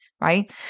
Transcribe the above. right